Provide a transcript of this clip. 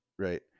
Right